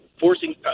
forcing